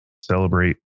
celebrate